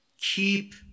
keep